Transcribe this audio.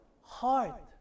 Heart